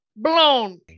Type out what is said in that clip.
blown